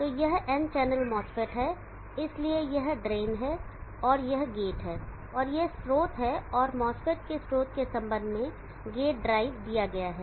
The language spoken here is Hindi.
तो यह N चैनल MOSFET है इसलिए यह ड्रेन है यह गेट है और यह स्रोत है और MOSFET के स्रोत के संबंध में गेट ड्राइव दिया गया है